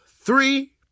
three